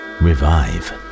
revive